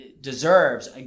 deserves